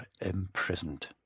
imprisoned